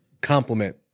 compliment